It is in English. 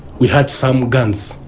we heard some guns,